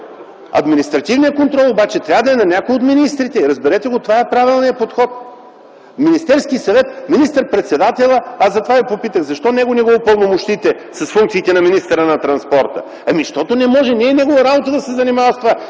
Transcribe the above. Административният контрол обаче трябва да е на някой от министрите. Разберете го, това е правилният подход. Министерския съвет, министър-председателя – аз за това ви попитах, защо него не го упълномощите с функциите на министъра на транспорта? Защото не може! Не е негова работа да се занимава